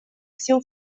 сил